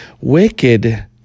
Wicked